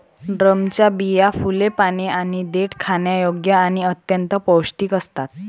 ड्रमच्या बिया, फुले, पाने आणि देठ खाण्यायोग्य आणि अत्यंत पौष्टिक असतात